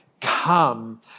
Come